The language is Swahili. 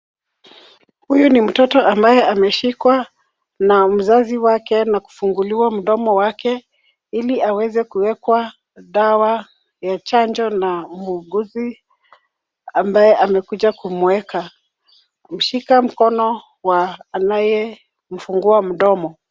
Huyu ni mtoto ambaye ameshikwa na mzazi wake na kufunguliwa mdomo wake ili aweze kuwekwa dawa ya chanjo na muuguzi ambaye amekuja kumweka, kumshika mkono wa anayemfungua mdomo.